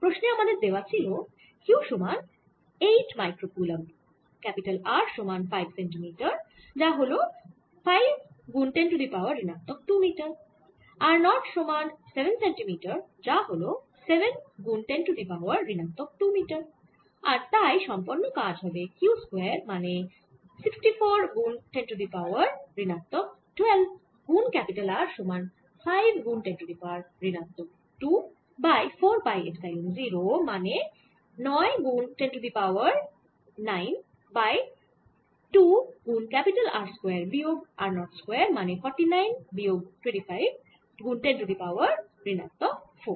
প্রশ্নে আমাদের দেওয়া ছিল q সমান 8 মাইক্রো কুলম্ব R সমান 5 সেন্টিমিটার যা হল 5 গুন 10 টু দি পাওয়ার ঋণাত্মক 2 মিটার r 0 সমান 7 সেন্টিমিটার যা হল 7 গুন 10 টু দি পাওয়ার ঋণাত্মক 2 মিটার আর তাই সম্পন্ন কাজ হবে q স্কয়ার মানে 64 গুন 10 টু দি পাওয়ার ঋণাত্মক 12 গুন R সমান 5 গুন 10 টু দি পাওয়ার ঋণাত্মক 2 বাই 4 পাই এপসাইলন 0 মানে 9 গুন 10 টু দি পাওয়ার 9 বাই 2 গুন R স্কয়ার বিয়োগ r 0 স্কয়ার মানে 49 বিয়োগ 25 গুন 10 টু দি পাওয়ার ঋণাত্মক 4